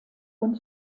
und